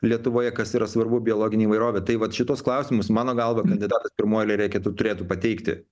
lietuvoje kas yra svarbu biologinė įvairovė tai vat šituos klausimus mano galva kandidatas pirmoj eilėj reikėtų turėtų pateikti